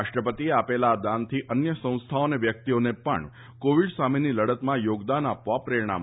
રાષ્ટ્રપતિએ આપેલા આ દાનથી અન્ય સંસ્થાઓ અને વ્યક્તિઓને પણ કોવીડ સામેની લડતમાં યોગદાન આપવા પ્રેરણા મળશે